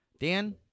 Dan